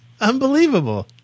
Unbelievable